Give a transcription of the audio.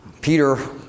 Peter